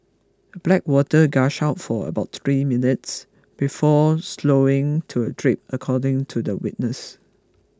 black water gushed out for about three minutes before slowing to a drip according to the witness